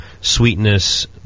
sweetness